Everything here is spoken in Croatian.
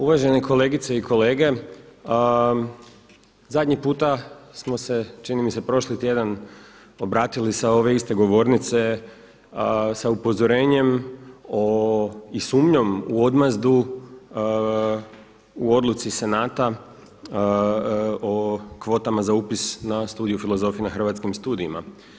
Uvažene kolegice i kolege, zadnji puta smo se čini mi se prošli tjedan obratili sa ove iste govornice sa upozorenjem i sumnjom u odmazdu u odluci Senata o kvotama za upis na studiju filozofije na Hrvatskom studijima.